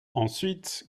ensuite